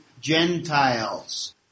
Gentiles